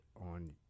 on